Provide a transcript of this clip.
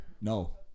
no